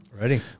ready